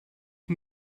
can